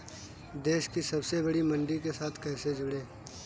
देश की सबसे बड़ी मंडी के साथ कैसे जुड़ें?